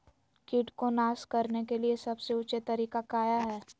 किट को नास करने के लिए सबसे ऊंचे तरीका काया है?